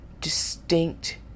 distinct